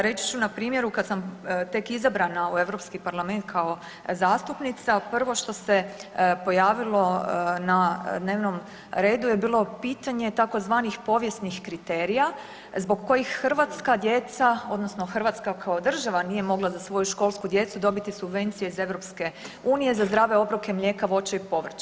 Reći ću na primjeru kad sam tek izabrana u Europski parlament kao zastupnica prvo što se pojavilo na dnevnom redu je bilo pitanje tzv. povijesnih kriterija zbog kojih hrvatska djeca odnosno Hrvatska kao država nije mogla za svoju školsku djecu dobiti subvencije iz EU za zdrave obroke mlijeka, voća i povrća.